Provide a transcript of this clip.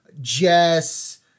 Jess